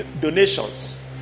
donations